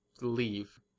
leave